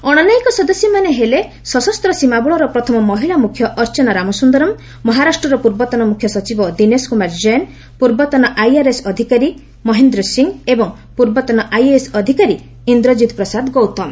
ଅଶନ୍ୟାୟିକ ସଦସ୍ୟମାନେ ହେଲେ ସଶସ୍ତ ସୀମାବଳର ପ୍ରଥମ ମହିଳା ମୁଖ୍ୟ ଅର୍ଚ୍ଚନା ରାମସୁନ୍ଦରମ୍ ମହାରାଷ୍ଟ୍ରର ପୂର୍ବତନ ମୁଖ୍ୟସଚିବ ଦିନେଶ କୁମାର ଜୈନ୍ ପୂର୍ବତନ ଆଇଆର୍ଏସ୍ ଅଧିକାରୀ ମହେନ୍ଦ୍ର ସିଂ ଏବଂ ପୂର୍ବତନ ଆଇଏଏସ୍ ଅଧିକାରୀ ଇନ୍ଦ୍ରକିତ୍ ପ୍ରସାଦ ଗୌତମ